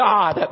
God